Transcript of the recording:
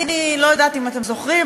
אני לא יודעת אם אתם זוכרים,